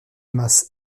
masse